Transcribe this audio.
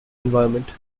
environment